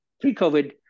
Pre-COVID